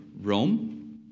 Rome